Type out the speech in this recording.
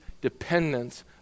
dependence